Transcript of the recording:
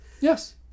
Yes